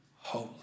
holy